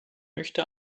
möchte